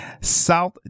South